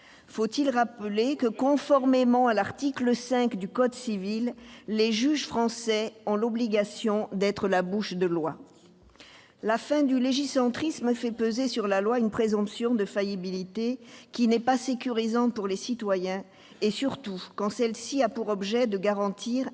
Faut-il rappeler que, conformément à l'article 5 du code civil, les juges français ont l'obligation d'être « la bouche de la loi »? La fin du légicentrisme fait peser sur la loi une présomption de faillibilité qui n'est pas sécurisante pour les citoyens, surtout quand celle-ci a pour objet de garantir un modèle de vie